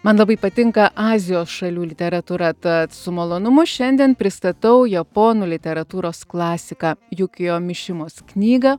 man labai patinka azijos šalių literatūra tad su malonumu šiandien pristatau japonų literatūros klasiką jukio mišimos knygą